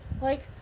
like-